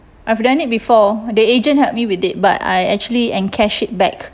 I've done it before the agent help me with it but I actually encash it back